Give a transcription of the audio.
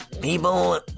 people